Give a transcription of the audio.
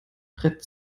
brett